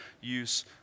use